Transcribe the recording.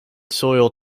soil